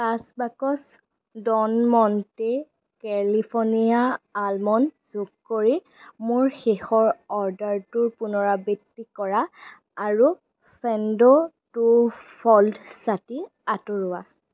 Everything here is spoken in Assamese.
পাঁচ box Don Monte California almond যোগ কৰি মোৰ শেষৰ অৰ্ডাৰটোৰ পুনৰাবৃত্তি কৰা আৰু ফেন্দো টু ফ'ল্ড ছাতি আঁতৰোৱা